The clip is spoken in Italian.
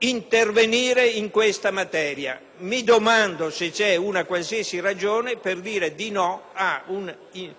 intervenire in questa materia. Mi domando se vi è una qualsiasi ragione per dire di no ad un emendamento di evidente buonsenso.